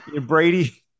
Brady